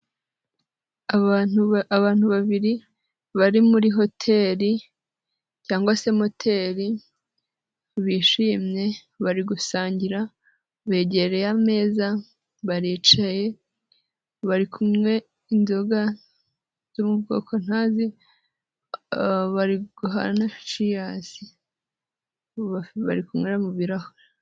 Abantu babiri bari muri hoteri cyangwa se moteri bishimye, bari gusangira begereye ameza baricaye bari kunywa inzoga zo mu bwoko ntazi bari guhana ciyazi bari kunywera mu birahure.